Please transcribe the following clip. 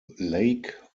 lake